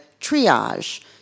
triage